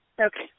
Okay